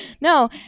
No